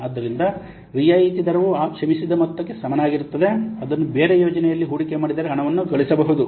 ಆದ್ದರಿಂದ ರಿಯಾಯಿತಿ ದರವು ಆ ಕ್ಷಮಿಸಿದ ಮೊತ್ತಕ್ಕೆ ಸಮನಾಗಿರುತ್ತದೆ ಅದನ್ನು ಬೇರೆ ಯೋಜನೆಯಲ್ಲಿ ಹೂಡಿಕೆ ಮಾಡಿದರೆ ಹಣವನ್ನು ಗಳಿಸಬಹುದು